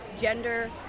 gender